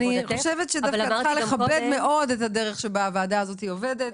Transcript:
אני חושבת שדווקא את צריכה לכבד מאוד את הדרך שבה הוועדה הזאת עובדת.